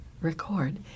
record